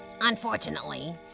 Unfortunately